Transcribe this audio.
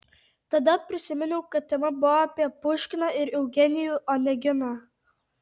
tada prisiminiau kad tema buvo apie puškiną ir eugenijų oneginą